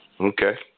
Okay